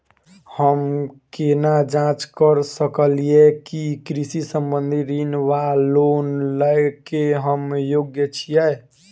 हम केना जाँच करऽ सकलिये की कृषि संबंधी ऋण वा लोन लय केँ हम योग्य छीयै?